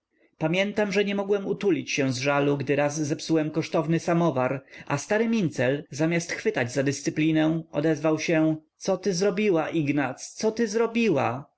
pamiętam że nie mogłem utulić się z żalu gdy raz zepsułem kosztowny samowar a stary mincel zamiast chwytać za dyscyplinę odezwał się co ty zrobila ignac co ty zrobila